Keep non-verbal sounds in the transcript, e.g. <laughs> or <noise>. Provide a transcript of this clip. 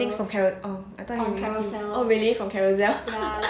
things from carrot ong I thought he needs it oh really from carousell <laughs>